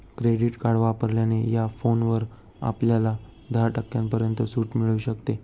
credit card वापरल्याने या फोनवर आपल्याला दहा टक्क्यांपर्यंत सूट मिळू शकते